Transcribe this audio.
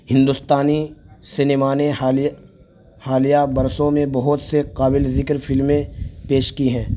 ہندوستانی سنیما نے حالیہ حالیہ برسوں میں بہت سے قابل ذکر فلمیں پیش کی ہیں